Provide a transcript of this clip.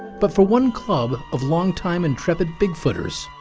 but for one club of long time intrepid bigfooters,